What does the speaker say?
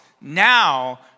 Now